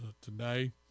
today